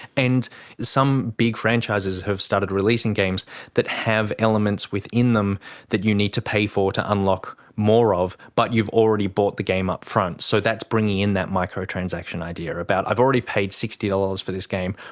and some big franchises have started releasing games that have elements within them that you need to pay for to unlock more of, but you've already bought the game up front. so that's bringing in that micro-transaction idea, about i've already paid sixty dollars for this game,